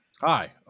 Hi